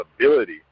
ability